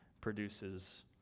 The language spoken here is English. produces